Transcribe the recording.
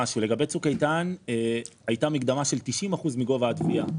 שלגבי צוק איתן הייתה מקדמה של 90% מגובה התביעה,